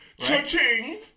Cha-ching